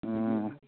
ꯑꯣ